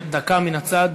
דקה מן הצד.